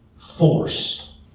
force